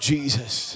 Jesus